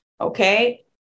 Okay